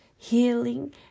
healing